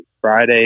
Friday